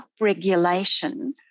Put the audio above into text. upregulation